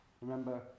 remember